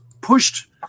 pushed